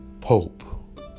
Pope